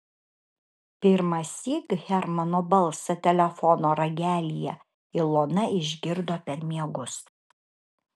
pirmąsyk hermano balsą telefono ragelyje ilona išgirdo per miegus